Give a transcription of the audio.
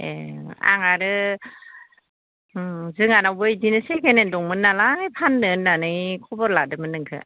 एह आंहा आरो जोंहानावबो बिदिनो सेकेण्ड हेन्द दंमोन नालाय फान्नो होन्नानै खबर लादोंमोन नोंखो